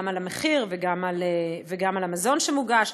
גם על המחיר וגם על המזון שמוגש,